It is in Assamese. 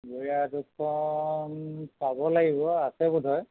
বুঢ়ী আই সাধুখন চাব লাগিব আছে বোধহয়